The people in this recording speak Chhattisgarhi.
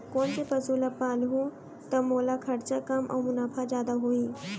कोन से पसु ला पालहूँ त मोला खरचा कम अऊ मुनाफा जादा होही?